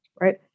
right